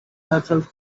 herself